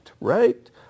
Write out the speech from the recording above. right